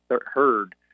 heard